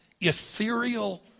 ethereal